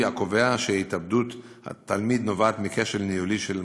הקובע שהתאבדות התלמיד נובעת מכשל ניהולי של המוסד.